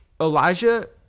Elijah